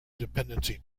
dependency